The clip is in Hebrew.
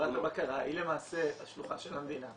חברת הבקרה היא למעשה השלוחה של המדינה.